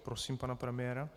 Prosím pana premiéra.